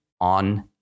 on